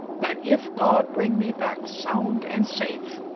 that, if god bring me back sound and safe,